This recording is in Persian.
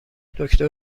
دکتر